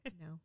no